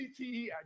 CTE